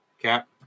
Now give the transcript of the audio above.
cap